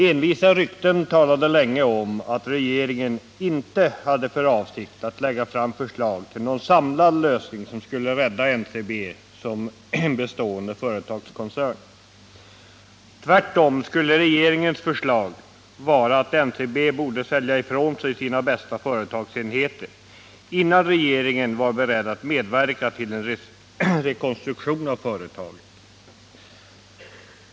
Envisa rykten talade länge om att regeringen inte hade för avsikt att lägga fram förslag till någon samlad lösning, som skulle rädda NCB som en bestående företagskoncern. Tvärtom skulle regeringens förslag vara att NCB borde sälja ifrån sig sina bästa företagsenheter, innan regeringen var beredd att medverka till en rekonstruktion av företaget.